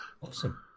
Awesome